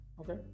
okay